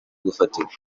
gufatirwa